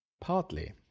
partly